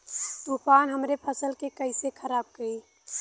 तूफान हमरे फसल के कइसे खराब करी?